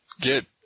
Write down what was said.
get